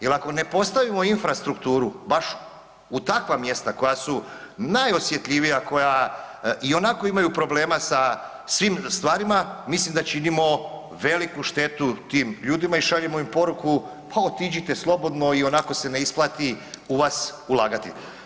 Jer ako ne postavimo infrastrukturu baš u takva mjesta koja su najosjetljivija, koja ionako imaju problema sa svim stvarima, mislim da činimo veliku štetu tim ljudima i šaljemo im poruku, pa otiđite slobodno, ionako se ne isplati u vas ulagati.